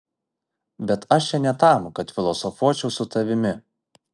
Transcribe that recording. bet aš čia ne tam kad filosofuočiau su tavimi